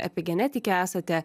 epigenetikė esate